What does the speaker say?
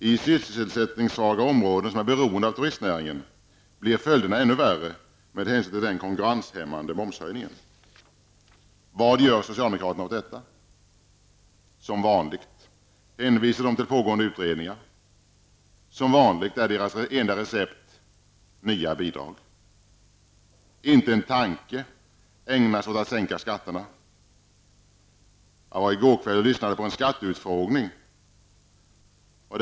I sysselsättningssvaga områden som är beroende av turistnäringen blir följderna ännu värre med hänsyn till den konkurrenshämmande momshöjningen. Vad gör socialdemokraterna åt detta? Som vanligt hänvisar de till pågående utredningar. Som vanligt är deras enda recept: nya bidrag. Inte en tanke ägnas åt att sänka skatterna. Jag lyssnade på en skatteutfrågning i går kväll.